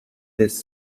this